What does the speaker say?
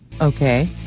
Okay